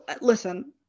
listen